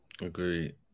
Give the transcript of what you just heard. Agreed